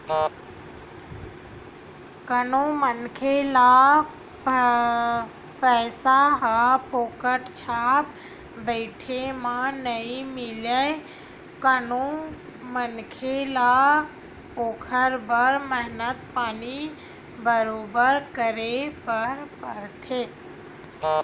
कोनो मनखे ल पइसा ह फोकट छाप बइठे म नइ मिलय कोनो मनखे ल ओखर बर मेहनत पानी बरोबर करे बर परथे